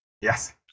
Yes